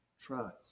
trust